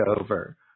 over